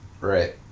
right